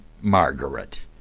Margaret